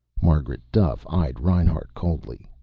margaret duffe eyed reinhart coldly.